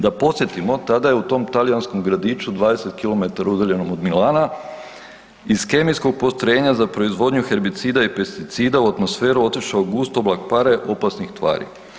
Da podsjetimo, tada je tu tom talijanskom gradiću, 20 kilometara udaljenom od Milana, iz kemijskog postrojenja za proizvodnju herbicida i pesticida u atmosferu otišao gust oblak pare opasnih tvari.